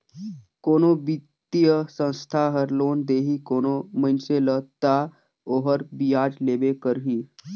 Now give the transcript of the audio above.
कोनो बित्तीय संस्था हर लोन देही कोनो मइनसे ल ता ओहर बियाज लेबे करही